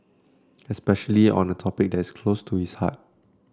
especially on a topic that's close to its heart